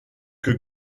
que